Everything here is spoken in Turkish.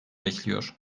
bekliyor